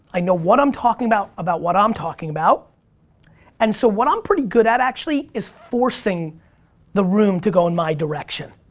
i know what i'm talking about, about what i'm talking about and so what i'm pretty good at actually is forcing the room to go in my direction.